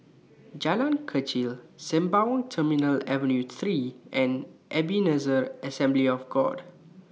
Jalan Kechil Sembawang Terminal Avenue three and Ebenezer Assembly of God